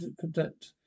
conduct